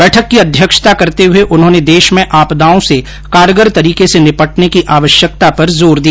बैठक की अध्यक्षता करते हुए उन्होंने देश में आपदाओं से कारगर तरीके से निपटने की आवश्यकता पर जोर दिया